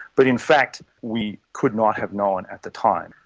but in fact we could not have known at the time.